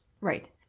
Right